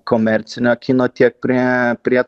komercinio kino tiek prie prie